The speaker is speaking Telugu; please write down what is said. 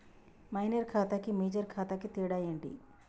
మైనర్ ఖాతా కి మేజర్ ఖాతా కి తేడా ఏంటి?